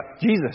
Jesus